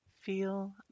feel